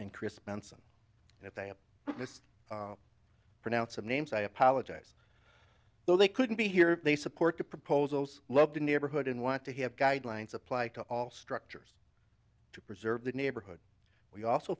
and chris munson and if they have this pronounce of names i apologize though they couldn't be here they support the proposals love the neighborhood and want to have guidelines apply to all structures to preserve the neighborhood we also